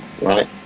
right